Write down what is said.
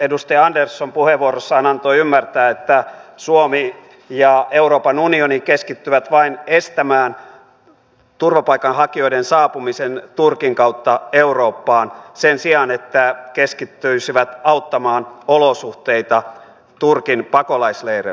edustaja andersson puheenvuorossaan antoi ymmärtää että suomi ja euroopan unioni keskittyvät vain estämään turvapaikanhakijoiden saapumisen turkin kautta eurooppaan sen sijaan että keskittyisivät auttamaan olosuhteita turkin pakolaisleireillä